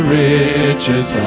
riches